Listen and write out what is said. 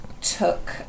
took